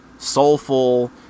soulful